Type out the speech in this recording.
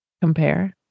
compare